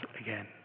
again